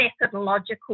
methodological